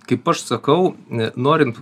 kaip aš sakau n norint